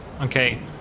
Okay